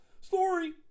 Story